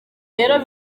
rero